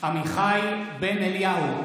עמיחי בן אליהו,